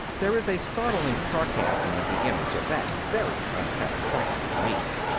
there is a startling sarcasm in the image of that very unsatisfactory meal.